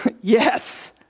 Yes